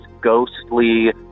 ghostly